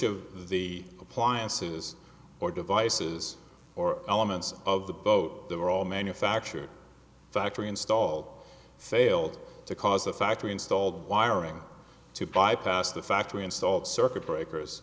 of the appliances or devices or elements of the boat they were all manufactured factory install failed to cause a factory installed hiring to bypass the factory installed circuit breakers